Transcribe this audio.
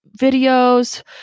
videos